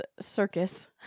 circus